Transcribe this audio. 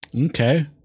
Okay